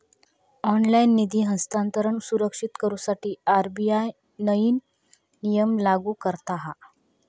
online निधी हस्तांतरण सुरक्षित करुसाठी आर.बी.आय नईन नियम लागू करता हा